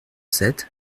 sept